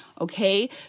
okay